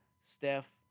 Steph